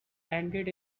ended